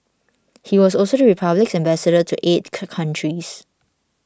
he was also the Republic's Ambassador to eight countries